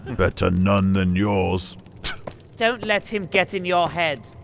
better none than yours don't let him get in your head